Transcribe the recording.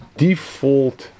default